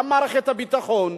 וגם מערכת הביטחון,